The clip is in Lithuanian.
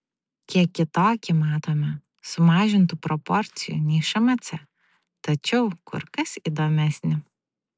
kiek kitokį matome sumažintų proporcijų nei šmc tačiau kur kas įdomesnį